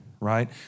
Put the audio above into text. right